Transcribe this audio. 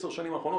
עשר שנים הבאות?